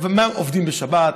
והם עובדים בשבת,